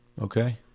Okay